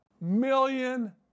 million